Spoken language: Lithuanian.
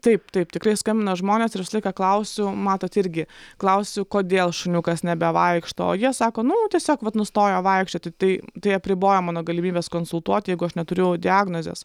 taip taip tikrai skambina žmonės ir visą laiką klausiu matot irgi klausiu kodėl šuniukas nebevaikšto jie sako nu tiesiog vat nustojo vaikščioti tai tai apriboja mano galimybes konsultuoti jeigu aš neturiu diagnozės